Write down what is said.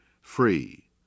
free